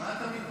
מה אתה מתנגד?